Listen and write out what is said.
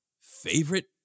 favorite